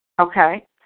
Okay